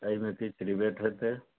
एहिमे किछु रिबेट हेतै